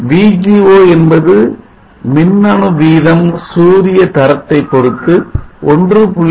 VGO என்பது மின்னணு வீதம் சூரிய தரத்தை பொருத்து 1